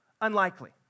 unlikely